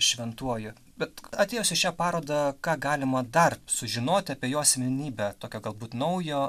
šventuoju bet atėjus į šią parodą ką galima dar sužinoti apie jo asmenybę tokio galbūt naujo